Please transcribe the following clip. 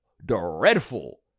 dreadful